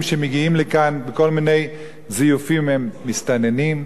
שמגיעים לכאן בכל מיני זיופים הם מסתננים?